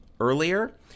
earlier